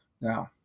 Now